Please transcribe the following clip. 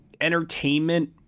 entertainment